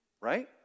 Right